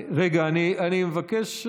אני מבקש.